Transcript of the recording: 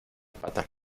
pata